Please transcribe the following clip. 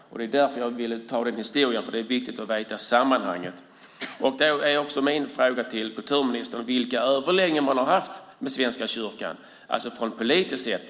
Jag ville redogöra för den bakgrunden, för det är viktigt att veta sammanhanget. Min fråga till kulturministern handlar om vilka politiska överläggningar man har haft med Svenska kyrkan.